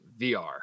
VR